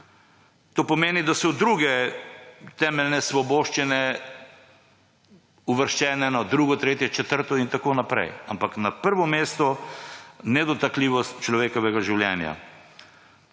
To pomeni, da so druge temeljne svoboščine uvrščene na drugo, tretje, četrto in tako naprej. Ampak na prvem mestu je nedotakljivosti človekovega življenja.